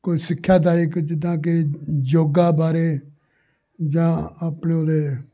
ਕੋਈ ਸਿੱਖਿਆ ਦਾ ਇੱਕ ਜਿੱਦਾਂ ਕਿ ਯੋਗਾ ਬਾਰੇ ਜਾਂ ਆਪਣੇ ਉਹਦੇ